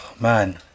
man